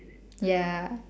ya